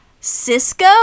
cisco